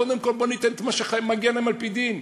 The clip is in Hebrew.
קודם כול בואו ניתן להם את מה שמגיע להם על-פי דין.